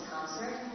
Concert